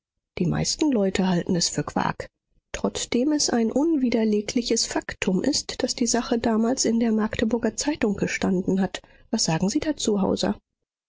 die meisten leute halten es für quark trotzdem es ein unwiderlegliches faktum ist daß die sache damals in der magdeburger zeitung gestanden hat was sagen sie dazu